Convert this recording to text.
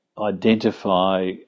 identify